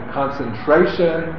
concentration